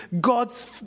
God's